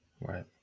right